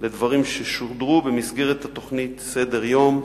לדברים ששודרו במסגרת התוכנית "סדר יום"